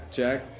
Jack